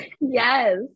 Yes